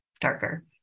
darker